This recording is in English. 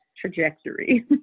trajectory